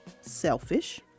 selfish